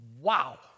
wow